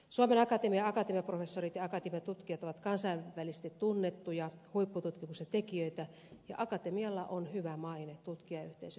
suomen akatemian akatemiaprofessorit ja akatemiatutkijat ovat kansainvälisesti tunnettuja huippututkimuksen tekijöitä ja akatemialla on hyvä maine tutkijayhteisön piirissä